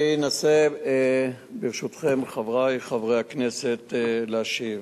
אני אנסה, ברשותכם, חברי חברי הכנסת, להשיב.